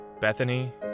Bethany